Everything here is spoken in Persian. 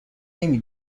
نمی